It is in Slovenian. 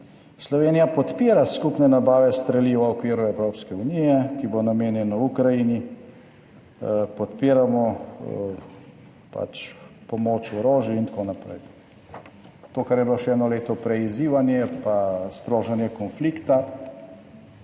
»Slovenija podpira skupne nabave streliva v okviru Evropske unije, ki bo namenjeno Ukrajini. Podpiramo pač pomoč, orožje in tako naprej.« To kar je bilo še eno leto prej izzivanje pa sprožanje konflikta